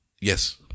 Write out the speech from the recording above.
Yes